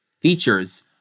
features